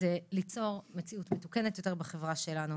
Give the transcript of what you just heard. הוא ליצור מציאות מתוקנת יותר בחברה שלנו,